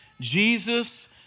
Jesus